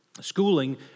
schooling